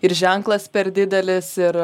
ir ženklas per didelis ir